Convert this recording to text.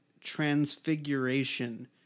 transfiguration